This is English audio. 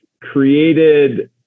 created